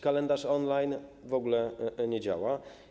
Kalendarz on-line w ogóle nie działa.